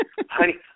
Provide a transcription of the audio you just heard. Honey